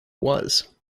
was